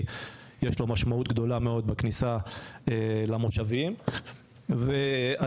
בכנסת הזו החלנו